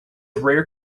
rare